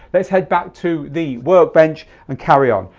let's head back to the workbench and carry on.